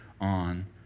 on